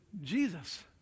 Jesus